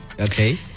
okay